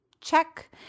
Check